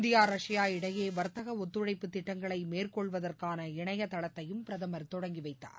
India Russia இடையே வர்த்தக ஒத்துழைப்புத் திட்டங்களை மேற்கொள்வதற்கான இணையதளத்தையும் பிரதமர் தொடங்கி வைத்தார்